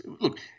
look